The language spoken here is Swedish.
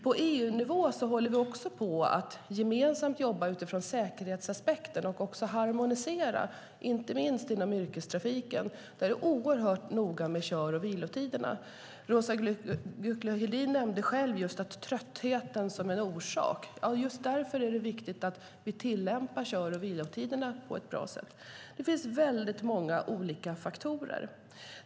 På EU-nivå håller vi också på att gemensamt jobba utifrån säkerhetsaspekten och att harmonisera, inte minst inom yrkestrafiken. Där är det oerhört noga med kör och vilotiderna. Roza Güclü Hedin nämnde själv tröttheten som en orsak. Just därför är det viktigt att vi tillämpar kör och vilotiderna på ett bra sätt. Det finns väldigt många olika faktorer.